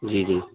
جی جی